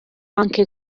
anche